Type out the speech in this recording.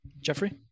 Jeffrey